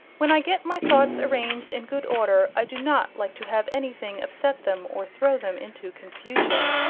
when i get my thoughts arranged in good order i do not like to have anything upset them or throw them into confusion.